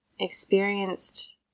experienced